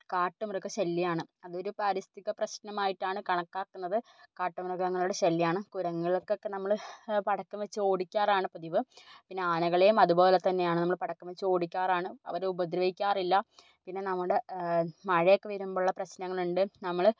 കാട്ടുമൃഗശല്ല്യമാണ് അതൊരു പാരിസ്ഥിക പ്രശ്നമായിട്ടാണ് കണക്കാക്കുന്നത് കാട്ടുമൃഗങ്ങളുടെ ശല്ല്യമാണ് കുരങ്ങകളക്കൊക്കെ നമ്മള് പടക്കം വെച്ച് ഓടിക്കാറാണ് പതിവ് പിന്നെ ആനകളെയും അതുപോലത്തന്നെയാണ് നമ്മള് പടക്കം വെച്ച് ഓടിക്കാറാണ് അവരെ ഉപദ്രവിക്കാറില്ല പിന്നെ നമ്മടെ മഴയൊക്കെ വരുമ്പോഴുള്ള പ്രശ്നങ്ങളുണ്ട് നമ്മള്